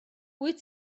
wyt